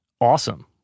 awesome